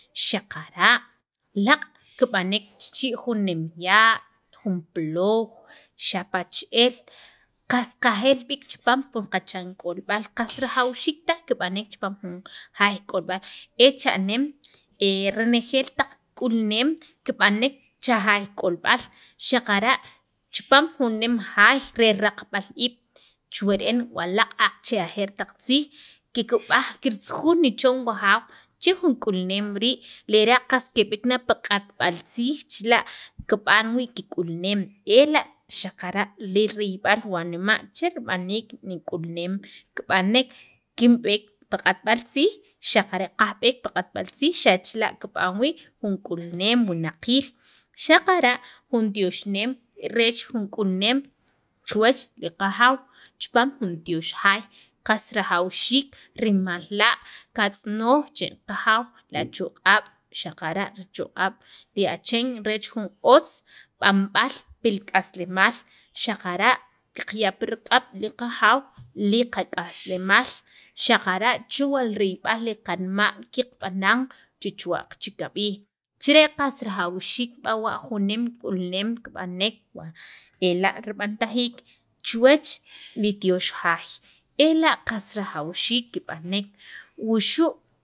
xaqara' laaq' kib'anek chi'chi' jun nem ya' jun ploow, xapa' che'el kkaskaje'l b'iik chipaam pil qachan k'olb'al qas rajawxiik taj kib'an pi li jaay k'olb'al e cha'neem renejeel taq k'iulneem kib'anek cha jaay k'olb'al xaqara' chipaam jun nem jaay re raqaw iib' chuwa re'en wa laaq' aqache' ajeer taq tziij kikb'aj kirtzujuj nichon wajaaw che jun k'ulneem rii' chila' kib'an wii' kik'ulneem ela' xaqara' ririyb'al li wanma' che rib'aniik nik'ulneem kib'anek kinb'eek pi q'atb'al tziij xaqara' kajb'eek pi q'atb'al tziij xa' chila' kib'an wii' jun k'ulneem wunaqiil xaqara' jun tyoxneem reech jun k'ulneem chuwach li qajaaw chipam jun tyox jaay chel qajaaw li achoq'ab' xaqara' richoq'ab' li achen reech jun otz b'anb'al pil k'aslemaal xaqara' qaqya' pir q'ab' li qajaw li qak'aslemaal xaqara' chewa' li qariyb'al qanma' qiqb'anan che chuwa'q che kab'ij che qas rajawxiik b'awa' jun nem k'ulneem kib'anek ela' rib'antajiik chuwach li tyox jaay ela' qas rjawxiik kib'anek wuxu'